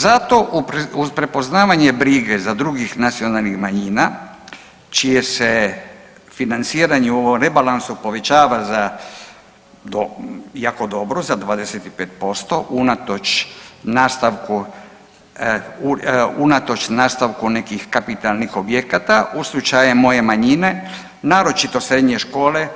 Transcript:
Zato uz prepoznavanje brige za drugih nacionalnih manjina, čije se financiranje u ovom rebalansu povećava za jako dobro, za 25% unatoč nastavku nekih kapitalnih objekata, u slučaju moje manjine, naročito srednje škole